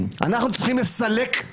אליכם אושרו ואלה יהיו הקריטריונים